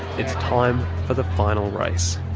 it's time for the final race.